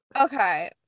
Okay